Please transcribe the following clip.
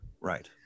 Right